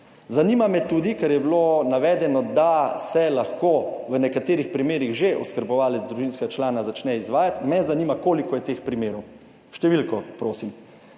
Zanima me tudi, ker je bilo navedeno, da se lahko v nekaterih primerih že oskrbovalec družinskega člana začne izvajati, me zanima, koliko je teh primerov? Številko prosim,